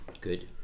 Good